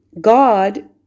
God